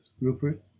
Rupert